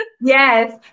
Yes